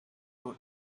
more